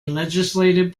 legislative